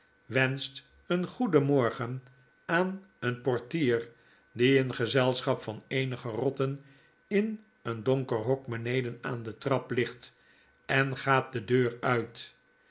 wenscht een goedenmorgen aan een portier die in gezelscnap van eenige rotten in een donker hok beneden aan de trap ligt en gaat de deur uit